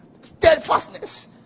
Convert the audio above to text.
steadfastness